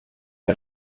had